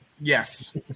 Yes